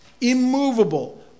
immovable